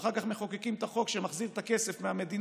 ואחר כך מחוקקים את החוק שמחזיר את הכסף מהמדינה